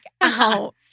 out